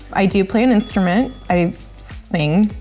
i do play an instrument. i sing,